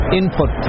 input